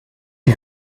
die